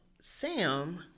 Sam